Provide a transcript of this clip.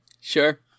Sure